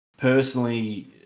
personally